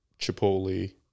Chipotle